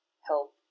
help